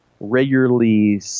regularly